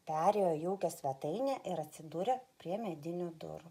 perėjo jaukią svetainę ir atsidūrė prie medinių durų